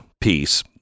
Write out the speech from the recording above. piece